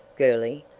girlie,